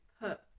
put